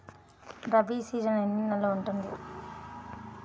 Rabi season ఎన్ని నెలలు ఉంటుంది?